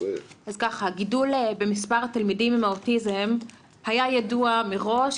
הגידול במספר התלמידים עם האוטיזם היה ידוע מראש.